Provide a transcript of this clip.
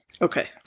Okay